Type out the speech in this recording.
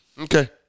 Okay